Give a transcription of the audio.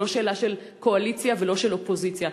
זו לא שאלה של קואליציה ולא של אופוזיציה,